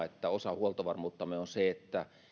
että osa huoltovarmuuttamme on se että